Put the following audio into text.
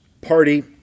party